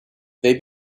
they